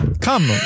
Come